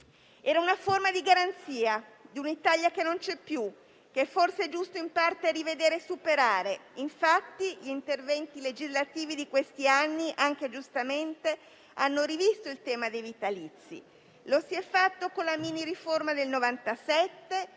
Era una forma di garanzia di un'Italia che non c'è più, che forse è giusto in parte rivedere e superare. Infatti, gli interventi legislativi di questi anni, anche giustamente, hanno rivisto il tema dei vitalizi. Lo si è fatto con la mini riforma del 1997,